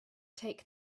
take